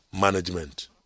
management